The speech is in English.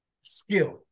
skill